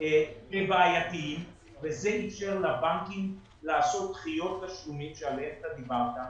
כבעייתיים וזה אפשר לבנקים לעשות דחיות תשלומים עליהם אתה דיברת.